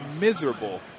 miserable